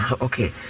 Okay